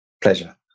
Pleasure